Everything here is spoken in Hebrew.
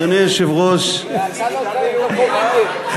אדוני היושב-ראש, זה סחיטה באיומים, מה?